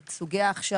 את סוגי ההכשרה,